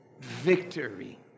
victory